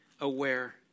aware